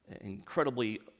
incredibly